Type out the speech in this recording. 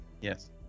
Yes